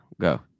go